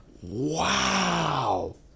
Wow